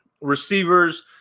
receivers